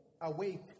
awake